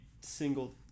single